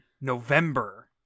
November